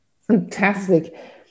Fantastic